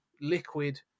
liquid